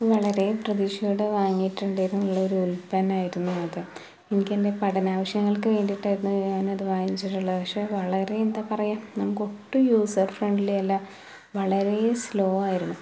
വളരെ പ്രതീക്ഷയോടെ വാങ്ങിയിട്ടുണ്ടായിരുന്ന ഉള്ളൊരു ഒരു ഉൽപ്പന്നമായിരുന്നു അത് എനിക്ക് എൻ്റെ പഠനാവശ്യങ്ങൾക്ക് വേണ്ടിയിട്ടായിരുന്നു ഞാനത് വാങ്ങിച്ചിട്ടുള്ളത് പക്ഷേ വളരെ എന്താ പറയുക നമുക്ക് ഒട്ടും യൂസർ ഫ്രണ്ട്ലി അല്ല വളരെ സ്ലോ ആയിരുന്നു